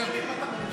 השתגעת?